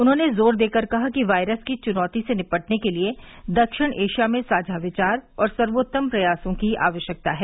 उन्होंने जोर देकर कहा कि वायरस की चुनौती से निपटने के लिए दक्षिण एशिया में साझा विचार और सर्वोत्तम प्रयासों की आवश्यकता है